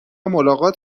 ملاقات